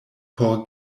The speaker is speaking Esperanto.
por